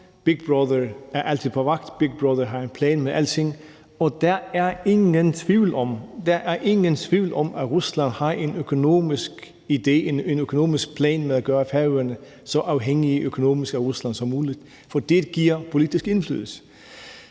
Big Brother er altid på vagt. Big Brother har en plan med alting. Der er ingen tvivl om, at Rusland har en plan om at gøre Færøerne så økonomisk afhængige af Rusland som muligt. For det giver politisk indflydelse.